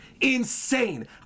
Insane